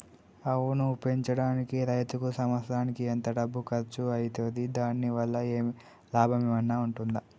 ఆవును పెంచడానికి రైతుకు సంవత్సరానికి ఎంత డబ్బు ఖర్చు అయితది? దాని వల్ల లాభం ఏమన్నా ఉంటుందా?